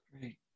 Great